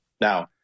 Now